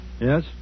Yes